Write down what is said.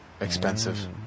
expensive